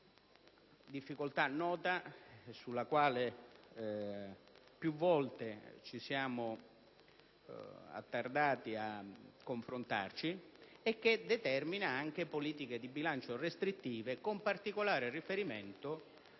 difficoltà nota, sulla quale ci siamo a lungo confrontati, che determina anche politiche di bilancio restrittive con particolare riferimento